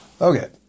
Okay